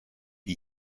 die